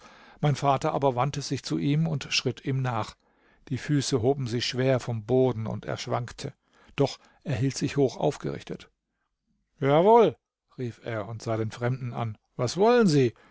mein vater aber wandte sich zu ihm und schritt ihm nach die füße hoben sich schwer vom boden und er schwankte doch er hielt sich hochaufgerichtet jawohl rief er und sah den fremden an was wollen sie